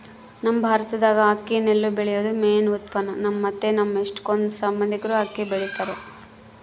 ನಮ್ ಭಾರತ್ದಾಗ ಅಕ್ಕಿ ನೆಲ್ಲು ಬೆಳ್ಯೇದು ಮೇನ್ ಉತ್ಪನ್ನ, ನಮ್ಮ ಮತ್ತೆ ನಮ್ ಎಷ್ಟಕೊಂದ್ ಸಂಬಂದಿಕ್ರು ಅಕ್ಕಿ ಬೆಳಿತಾರ